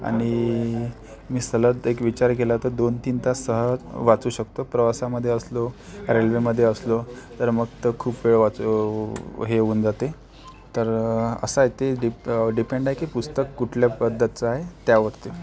आणि मी सलद एक विचार केला तर दोन तीन तास सहज वाचू शकतो प्रवासामध्ये असलो रेल्वेमध्ये असलो तर मग तर खूप वेळ वाच हे होऊन जाते तर असं आहे ते डिप डिपेन्ड आहे की पुस्तक कुठल्या पद्धतीचं आहे त्यावरती